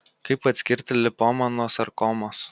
kaip atskirti lipomą nuo sarkomos